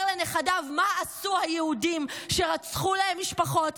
לנכדיו מה עשו היהודים כשרצחו להם משפחות,